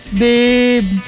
babe